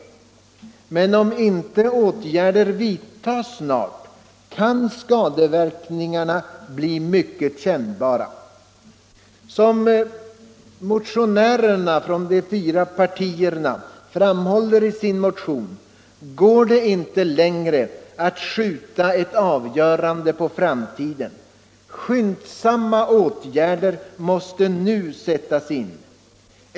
Men om inte åtgärder vidtas snart, kan skadeverkningarna bli mycket kännbara. Som motionärerna framhåller går det inte längre att skjuta ett avgörande på framtiden. Skyndsamma åtgärder måste nu sättas in.